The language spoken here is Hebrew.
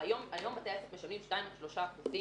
היום בתי עסק משלמים שניים או שלושה אחוזים סליקה.